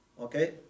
Okay